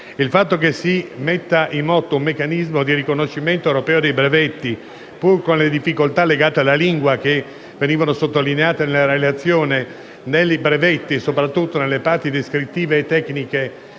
Il fatto che si metta in moto un meccanismo di riconoscimento europeo dei brevetti, pur con le difficoltà legate alla lingua che venivano sottolineate nella relazione - nei brevetti e soprattutto nelle parti descrittive e tecniche